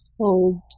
Hold